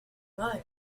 mine